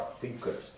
thinkers